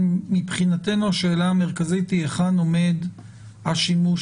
מבחינתנו השאלה המרכזית היא היכן עומד השימוש